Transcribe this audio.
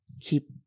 keep